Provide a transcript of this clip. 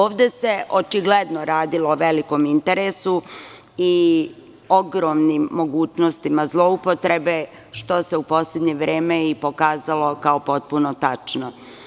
Ovde se očigledno radilo o velikom interesu i ogromnim mogućnostima zloupotrebe što se u poslednje vreme i pokazalo kao potpuno tačno.